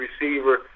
receiver